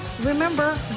remember